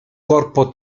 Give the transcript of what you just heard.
corpo